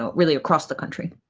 ah really across the country.